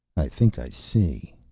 i think i see